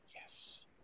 Yes